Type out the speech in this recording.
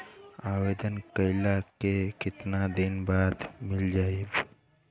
आवेदन कइला के कितना दिन बाद मिल जाई?